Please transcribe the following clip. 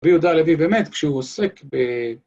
ויהודה הלוי באמת כשהוא עוסק ב...